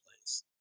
place